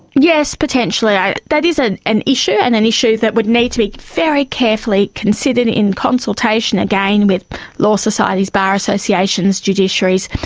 yes, potentially that is an an issue and an issue that would need to be very carefully considered in consultation, again with law societies, bar associations, judiciaries.